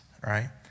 Right